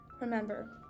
Remember